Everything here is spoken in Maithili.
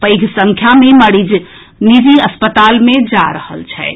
पैघ संख्या मे मरीज निजी अस्पताल मे जा रहल छथि